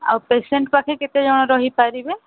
ଆଉ ପେସେଣ୍ଟ୍ ପାଖେ କେତେଜଣ ରହିପାରିବେ